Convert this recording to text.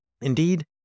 Indeed